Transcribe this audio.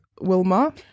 Wilma